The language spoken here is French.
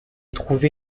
trouver